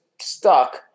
stuck